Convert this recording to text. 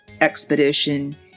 expedition